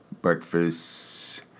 breakfast